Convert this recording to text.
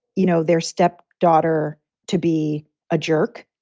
you know, their step daughter to be a jerk.